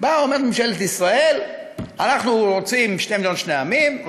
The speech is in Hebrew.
אומרת ממשלת ישראל: אנחנו רוצים שתי מדינות לשני עמים.